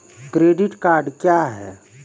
Credit card क्या हैं?